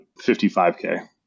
55k